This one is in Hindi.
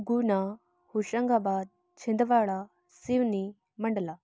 गुना होशंगाबाद छिंदवाड़ा सिवनी मंडला